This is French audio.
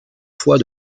fois